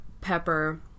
pepper